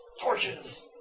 Torches